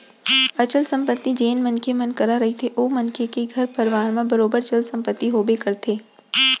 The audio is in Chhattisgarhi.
अचल संपत्ति जेन मनखे मन करा रहिथे ओ मनखे के घर परवार म बरोबर चल संपत्ति होबे करथे